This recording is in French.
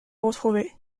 retrouver